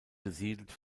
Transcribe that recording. besiedelt